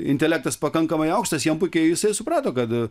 intelektas pakankamai aukštas jam puikiai jisai suprato kad